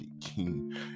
King